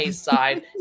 side